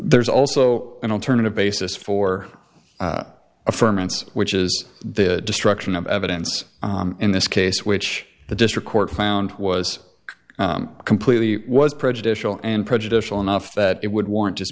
there's also an alternative basis for a ferment which is the destruction of evidence in this case which the district court found was completely was prejudicial and prejudicial enough that it would warrant